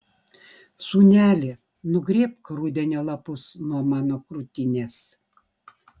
sūneli nugrėbk rudenio lapus nuo mano krūtinės